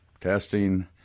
testing